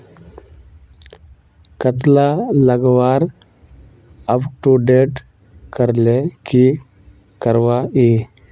कतला लगवार अपटूडेट करले की करवा ई?